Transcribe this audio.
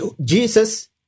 Jesus